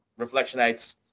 Reflectionites